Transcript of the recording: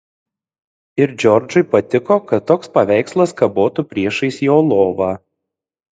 ir džordžui patiko kad toks paveikslas kabotų priešais jo lovą